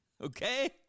okay